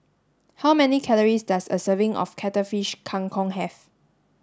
how many calories does a serving of cuttlefish Kang Kong have